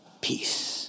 peace